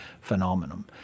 phenomenon